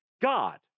God